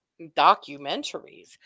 documentaries